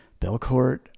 Belcourt